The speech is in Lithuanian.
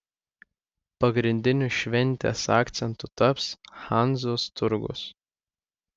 pagrindiniu šventės akcentu taps hanzos turgus